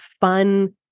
fun